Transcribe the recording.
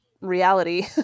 reality